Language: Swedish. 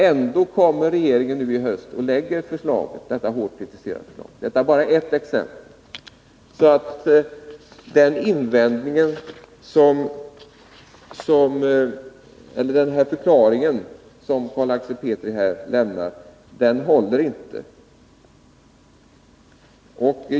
Ändå kommer regeringen nu i höst och lägger fram samma, hårt kritiserade förslag. — Detta är bara ert exempel. Den förklaring som Carl Axel Petri här har lämnat håller alltså inte.